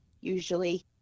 usually